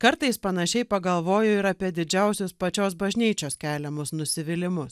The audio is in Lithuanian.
kartais panašiai pagalvoju ir apie didžiausius pačios bažnyčios keliamus nusivylimus